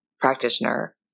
practitioner